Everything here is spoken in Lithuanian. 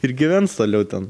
ir gyvens toliau ten